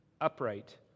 upright